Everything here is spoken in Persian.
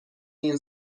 این